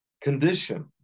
condition